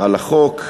על החוק.